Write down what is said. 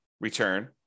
return